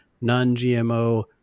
non-GMO